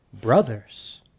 brothers